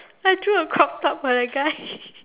I drew a crop top for the guy